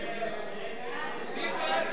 מי בעד דיור ציבורי?